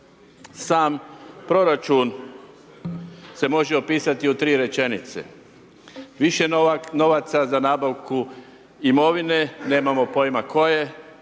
Sam proračun se može opisati u tri rečenice, više novaca za nabavku imovine, nemamo pojma tko je,